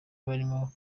barimo